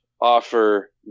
offer